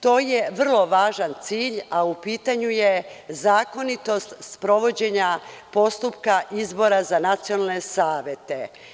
To je vrlo važan cilj, a u pitanju je zakonitost sprovođenja postupka izbora za nacionalne savete.